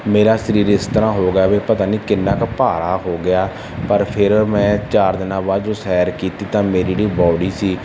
ਮੇਰਾ ਸਰੀਰ ਇਸ ਤਰ੍ਹਾਂ ਹੋ ਗਿਆ ਵੀ ਪਤਾ ਨਹੀਂ ਕਿੰਨਾ ਕੁ ਭਾਰਾ ਹੋ ਗਿਆ ਪਰ ਫਿਰ ਮੈਂ ਚਾਰ ਦਿਨਾਂ ਬਾਅਦ ਜਦੋਂ ਸੈਰ ਕੀਤੀ ਤਾਂ ਮੇਰੀ ਜਿਹੜੀ ਬੋਡੀ ਸੀ